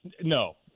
no